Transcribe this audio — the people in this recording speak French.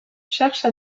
cherche